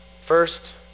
first